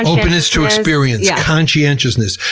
openness to experience, conscientiousness,